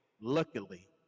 luckily